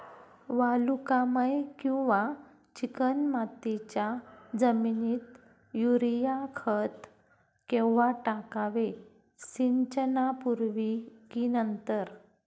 वालुकामय किंवा चिकणमातीच्या जमिनीत युरिया खत केव्हा टाकावे, सिंचनापूर्वी की नंतर?